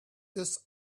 this